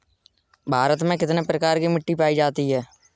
भारत में कितने प्रकार की मिट्टी पाई जाती है?